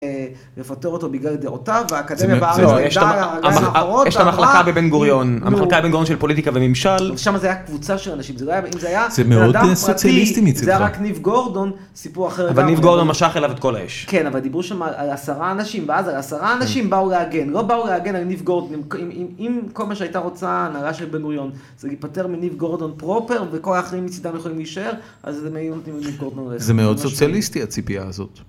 לפטר אותו בגלל דעותיו, באקדמיה בארץ. זה. זה. יש את המחלקה בבן גוריון. המחלקה בבן גוריון של פוליטיקה וממשל. שם זה היה קבוצה של אנשים, זה לא היה... זה מאוד סוציאליסטי מצדך. זה היה רק ניב גורדון, סיפור אחר לגמרי. אבל ניב גורדון משך אליו את כל האיש. כן, אבל דיברו שם על עשרה אנשים. ואז על עשרה אנשים באו להגן. לא באו להגן על ניב גורדון. אם כל מה שהייתה רוצה, הנהלה של בן גוריון, זה להפטר מניב גורדון פרופר, וכל האחרים מצדם יכולים להישאר, אז הם היו נותנים לניב גורדון ל... זה מאוד סוציאליסטי הציפייה הזאת.